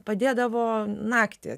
padėdavo naktį